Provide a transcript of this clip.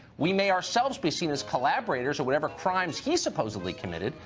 we may ourselves be seen as collaborators for whatever crimes he supposedly committed,